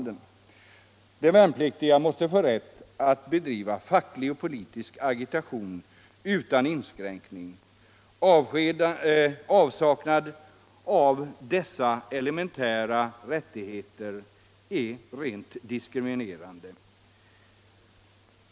De värnpliktiga måste få rätt att på förbanden bedriva facklig och politisk agitation utan inskränkning. Avsaknaden av dessa elementära rättigheter är rent diskriminerande.